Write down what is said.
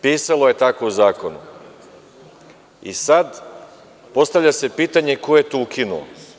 Pisalo je tako u zakonu, i sad se postavlja pitanje – ko je to ukinuo?